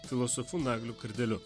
filosofu nagliu kardeliu